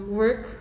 work